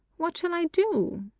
what shall i do?